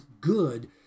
good